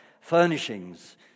furnishings